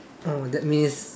oh that means